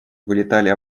вылетали